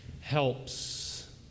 helps